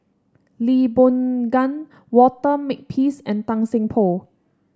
Lee Boon Ngan Walter Makepeace and Tan Seng Poh